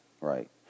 Right